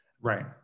Right